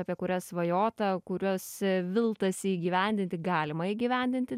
apie kurias svajota kurios viltasi įgyvendinti galima įgyvendinti